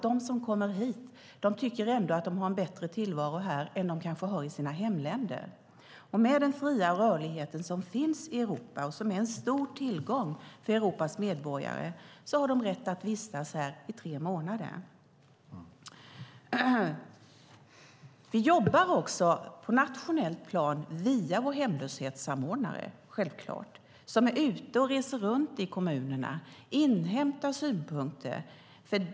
De som kommer hit tycker ändå att de har en bättre tillvaro här än i sina hemländer. Med den fria rörlighet som finns i Europa, och som är en stor tillgång för Europas medborgare, har de rätt att vistas här i tre månader. Vi jobbar självklart också på ett nationellt plan via vår hemlöshetssamordnare som reser runt i kommunerna och inhämtar synpunkter.